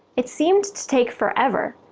it seemed to take forever,